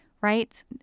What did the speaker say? right